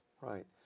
right